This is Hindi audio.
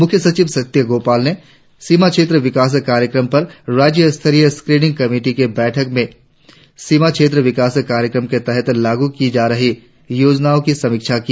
मुख्य सचिव सत्य गोपाल ने सीमा क्षेत्र विकास कार्यक्रम पर राज्य स्तरीय स्क्रिनिंग कमिटि की बैठक में सीमा क्षेत्र विकास कार्यक्रम के तहत लागू की जा रही योजनाओं की समीक्षा की